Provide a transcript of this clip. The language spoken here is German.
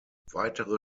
weitere